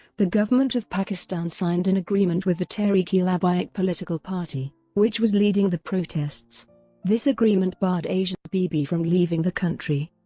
the government of pakistan signed an agreement with the tehreek-e-labbaik political party, which was leading the protests this agreement barred asia bibi from leaving the country.